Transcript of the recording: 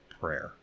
prayer